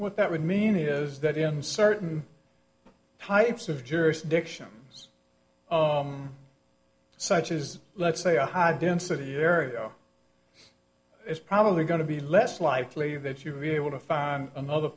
what that would mean is that in certain types of jurisdictions such as let's say a high density area it's probably going to be less likely that you'll be able to find another